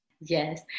Yes